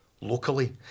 locally